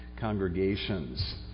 congregations